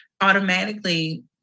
Automatically